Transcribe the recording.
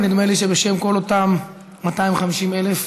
ונדמה לי שבשם כל אותם 250,000 נכים.